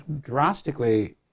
drastically